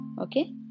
Okay